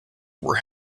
where